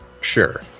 Sure